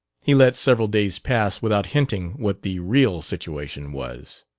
he let several days pass without hinting what the real situation was.